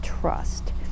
trust